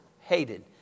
hated